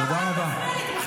בשבוע שעבר, אתה, אל תפריע לי.